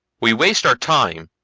we waste our time,